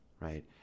right